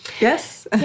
Yes